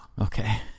okay